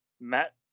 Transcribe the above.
Matt